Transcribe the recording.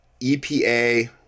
epa